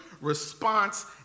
response